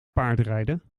paardrijden